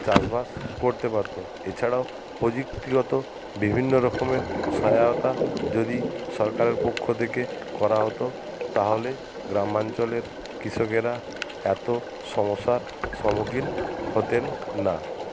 চাষবাস করতে পারতো এছাড়াও প্রযুক্তিগত বিভিন্ন রকমের সহায়তা যদি সরকারের পক্ষ থেকে করা হতো তাহলে গ্রামাঞ্চলের কৃষকেরা এতো সমস্যার সম্মুখীন হতেন না